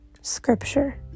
scripture